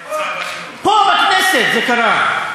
פה בכנסת זה קרה.